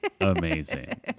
amazing